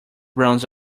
runs